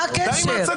מה הקשר?